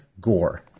Gore